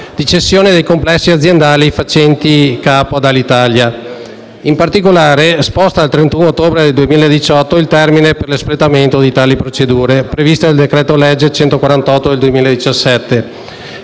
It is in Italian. di cessione dei complessi aziendali facenti capo ad Alitalia. In particolare, sposta al 31 ottobre 2018 il termine per l'espletamento di tali procedure, previste dal decreto-legge n. 148 del 2017,